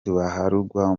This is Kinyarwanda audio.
baharugwa